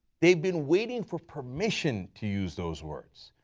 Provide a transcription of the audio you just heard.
they have been waiting for permission to use those words.